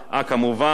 כמובן,